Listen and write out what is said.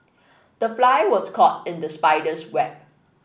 the fly was caught in the spider's web